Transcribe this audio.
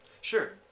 Sure